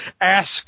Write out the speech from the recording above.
ask